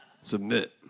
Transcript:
Submit